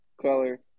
color